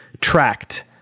tracked